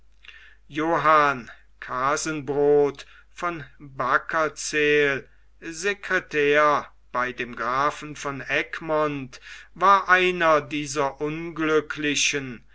johann casembrot von beckerzeel sekretär bei dem grafen von egmont war einer dieser unglücklichen